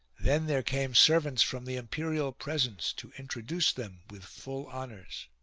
then there came servants from the imperial presence to introduce them with full honours.